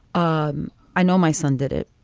um i know my son did it.